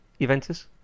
Juventus